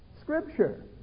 Scripture